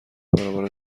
برابر